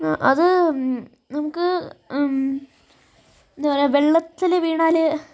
അത് നമുക്ക് എന്താപറയ വെള്ളത്തിൽ വീണാൽ